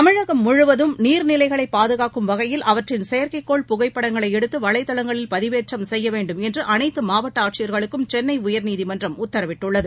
தமிழகம் முழுவதும் நீர்நிலைகளைபாதுகாக்கும் வகையில் அவற்றின் செயற்கைக்கோள் பதிவேற்றம் புகைப்படங்களைஎடுத்துவலைதளங்களில் செய்யவேண்டுமென்றுஅனைத்தமாவட்டஆட்சியர்களுக்கும் சென்னைஉயர்நீதிமன்றம் உத்தரவிட்டுள்ளது